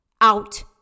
out